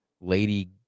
Lady